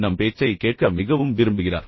எங்கள் பேச்சைக் கேட்பது நல்லது